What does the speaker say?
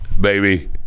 baby